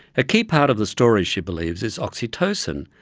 a key part of the story, she believes, is oxytocin,